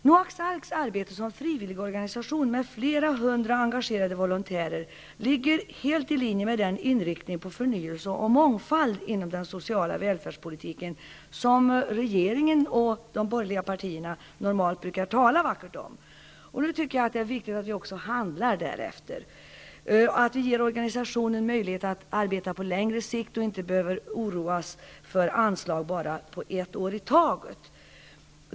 Noaks Arks arbete som frivilligorganisation med flera hundra engagerade volontärer ligger helt i linje med den inriktning på förnyelse och mångfald inom den sociala välfärdspolitiken som regeringen och de borgerliga partierna normalt brukar tala vackert om. Jag tycker att det är viktigt att vi nu också handlar därefter. Det är viktigt att vi ger organisationen möjlighet att arbeta på längre sikt så att de inte behöver oroas av anslag bara på ett år i taget.